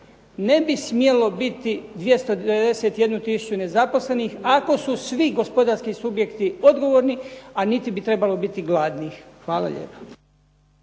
ne bi smjelo biti 291 tisuću nezaposlenih ako su svi gospodarski subjekti odgovorni, a niti bi trebalo biti gladnih. Hvala lijepa.